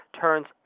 turns